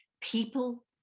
people